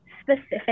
specific